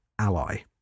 ally